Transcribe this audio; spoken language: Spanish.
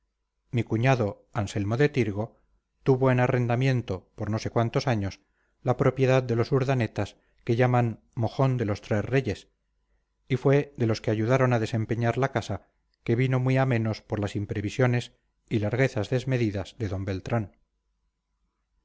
mi cuñado anselmo de tirgo tuvo en arrendamiento por no sé cuántos años la propiedad de los urdanetas que llaman mojón de los tres reyes y fue de los que ayudaron a desempeñar la casa que vino muy a menos por las imprevisiones y larguezas desmedidas de d beltrán